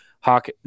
Hawk